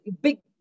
big